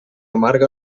amarga